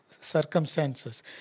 circumstances